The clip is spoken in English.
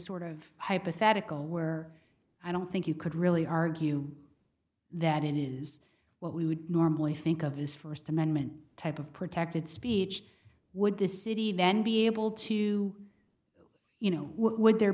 sort of hypothetical where i don't think you could really argue that it is what we would normally think of his first amendment type of protected speech would this city then be able to you know would there